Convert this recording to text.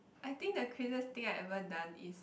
I think the craziest thing I ever done is